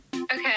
Okay